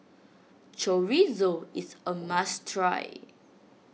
Chorizo is a must try